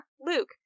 Luke